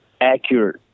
Accurate